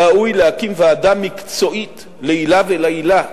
ראוי להקים ועדה מקצועית לעילא ולעילא,